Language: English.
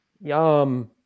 Yum